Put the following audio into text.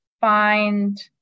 find